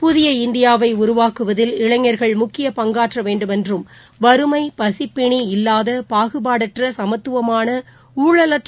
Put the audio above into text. புதிய இந்தியாவை உருவாக்குவதில் இளைஞா்கள் முக்கிய பங்காற்ற வேண்டுமென்றும் வறுமை பசிப்பிணி இல்லாத பாகுபாடற்ற சமத்துவமான ஊழலற்ற